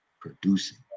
producing